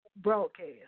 broadcast